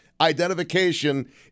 identification